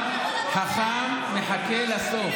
סופר 80 מיליון שקלים, חכם מחכה לסוף,